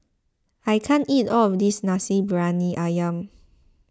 I can't eat all of this Nasi Briyani Ayam